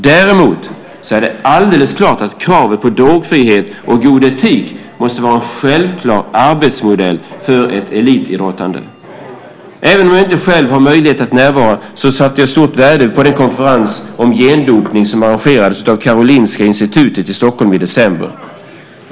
Däremot är det alldeles klart att kravet på drogfrihet och god etik måste vara en självklar arbetsmodell för ett elitidrottande. Även om jag själv inte hade möjlighet att närvara, satte jag stort värde på den konferens om gendopning som arrangerades av Karolinska Institutet i Stockholm i december.